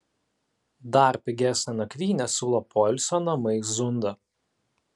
dar pigesnę nakvynę siūlo poilsio namai zunda